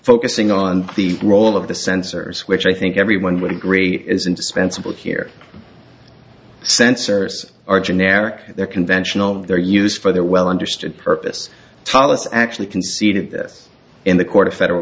focusing on the role of the sensors which i think everyone would agree is indispensable here sensors are generic they're conventional they're used for their well understood purpose thomas actually conceded this in the court of federal